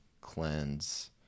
cleanse